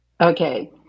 Okay